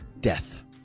Death